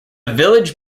village